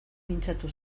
mintzatu